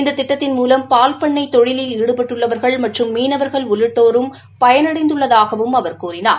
இந்த திட்டத்தின் மூலம் பால்பண்ணை தொழிலில் ஈடுபட்டுள்ளவா்கள் மற்றும் மீனவா்கள் உள்ளிட்டோரும் பயனடைந்துள்ளதாகவும் அவர் கூறினார்